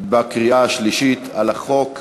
בקריאה השלישית על החוק.